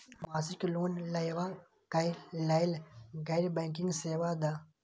मासिक लोन लैवा कै लैल गैर बैंकिंग सेवा द?